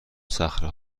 صخره